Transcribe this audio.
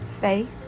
faith